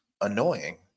annoying